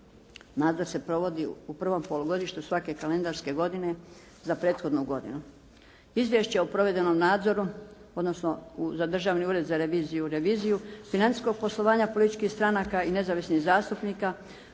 Nadzor se provodi u prvom polugodištu svake kalendarske godine za prethodnu godinu. Izvješće o provedenom nadzoru, odnosno za Državni ured za reviziju u reviziju financijskog poslovanja političkih stranaka i nezavisnih zastupnika